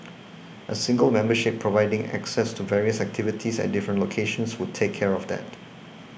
a single membership providing access to various activities at different locations would take care of that